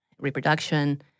reproduction